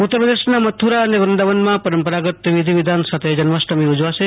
ઉત્તરપ્રદેશના મથુ રા અને વૃં દાવનમાં પરંપરાગત વિધિવિધાન સાથે જન્માષ્ટમી ઉજવાસે